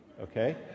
okay